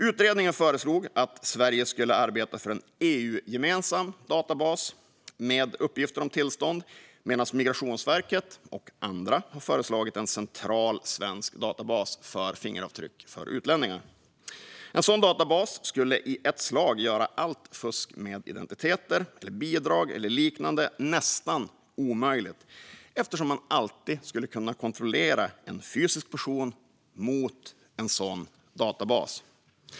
Utredningen föreslog att Sverige skulle arbeta för en EU-gemensam databas med uppgifter om tillstånd medan Migrationsverket och andra föreslog en central svensk databas med fingeravtryck för utlänningar. En sådan databas skulle i ett slag göra allt fusk med identiteter, bidrag och liknande nästan omöjligt eftersom man alltid skulle kunna kontrollera en fysisk person mot en sådan databas.